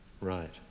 Right